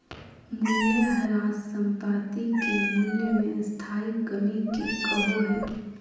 मूल्यह्रास संपाति के मूल्य मे स्थाई कमी के कहो हइ